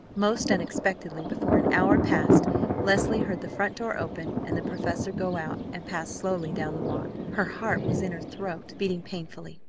most unexpectedly, before an hour passed leslie heard the front door open and the professor go out and pass slowly down the walk. her heart was in her throat, beating painfully.